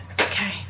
Okay